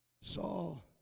Saul